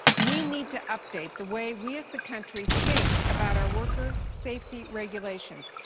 we need to update the way we as a country think about our worker safety regulations,